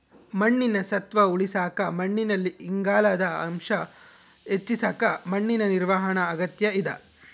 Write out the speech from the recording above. ಮಣ್ಣಿನ ಸತ್ವ ಉಳಸಾಕ ಮಣ್ಣಿನಲ್ಲಿ ಇಂಗಾಲದ ಅಂಶ ಹೆಚ್ಚಿಸಕ ಮಣ್ಣಿನ ನಿರ್ವಹಣಾ ಅಗತ್ಯ ಇದ